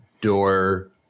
door